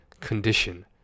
condition